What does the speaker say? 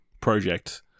project